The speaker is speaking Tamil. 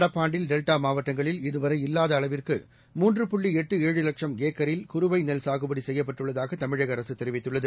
நடப்பாண்டில் டெல்டா மாவட்டங்களில் இதுவரை இல்லாத அளவிற்கு மூன்று புள்ளி எட்டு ஏழு லட்சம் ஏக்கரில் குறுவை நெல் சாகுபடி செய்யப்பட்டுள்ளதாக தமிழக அரசு தெரிவித்துள்ளது